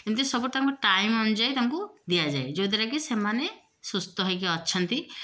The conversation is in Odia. ଏମତି ସବୁ ତାଙ୍କ ଟାଇମ ଅନୁଯାୟୀ ତାଙ୍କୁ ଦିଆଯାଏ ଯଦ୍ୱାରା କି ସେମାନେ ସୁସ୍ଥ ହେଇକି ଅଛନ୍ତି